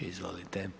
Izvolite.